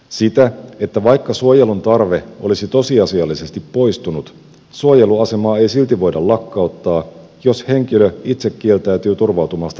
sitä että vaikka suojelun tarve olisi tosiasiallisesti poistunut suojeluasemaa ei silti voida lakkauttaa jos henkilö itse kieltäytyy turvautumasta lähtömaan suojeluun